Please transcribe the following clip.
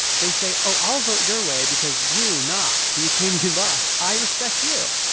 they say, oh, i'll vote your way because you, naakh, the ukrainian boss, i respect you.